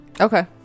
Okay